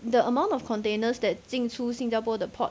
the amount of containers that 进出新加坡的 port